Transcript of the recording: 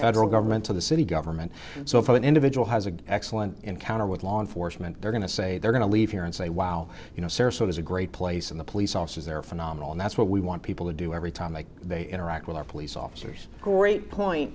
federal government to the city government so if an individual has an excellent encounter with law enforcement they're going to say they're going to leave here and say wow you know sarasota is a great place and the police officers there are phenomenal and that's what we want people to do every time that they interact with our police officers great point